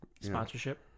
Sponsorship